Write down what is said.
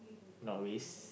not race